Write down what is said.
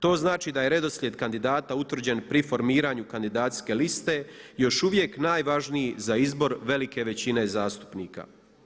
To znači da je redoslijed kandidata utvrđen pri formiranju kandidacijske liste još uvijek najvažniji za izbor velike većine zastupnika.